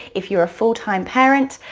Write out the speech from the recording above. if you're a full-time parent,